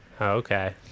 okay